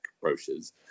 brochures